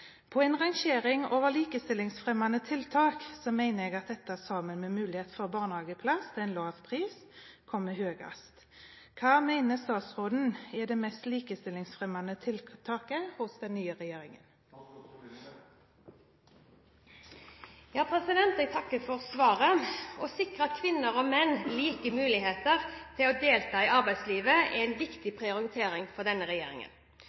På en rangering over likestillingsfremmende tiltak mener jeg at dette sammen med mulighet for barnehageplass til en lav pris, kommer høyest. Hva mener statsråden er det mest likestillingsfremmende tiltak hos regjeringen?» Jeg takker for svaret. Det å sikre kvinner og menn like muligheter til å delta i arbeidslivet er en viktig prioritering for denne regjeringen.